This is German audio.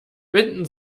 wenden